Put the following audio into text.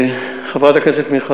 חברת הכנסת מיכל